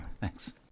Thanks